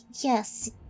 Yes